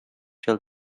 till